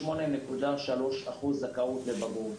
לכ-58.3% זכאות לבגרות.